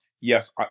yes